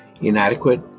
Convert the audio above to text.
inadequate